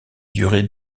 durées